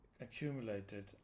accumulated